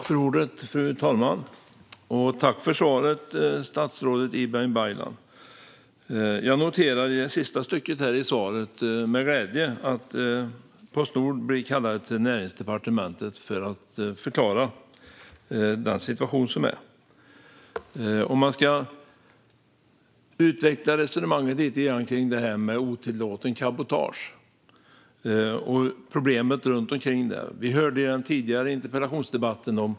Fru talman! Tack för svaret, statsrådet Ibrahim Baylan! Jag noterar i det sista stycket i svaret med glädje att Postnord kallas till Näringsdepartementet för att förklara den situation som råder. Vi hörde i den tidigare interpellationsdebatten om problemen med kriminalitet och hur handlarna upplever sin situation.